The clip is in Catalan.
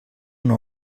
una